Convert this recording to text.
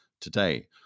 today